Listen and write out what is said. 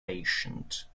patient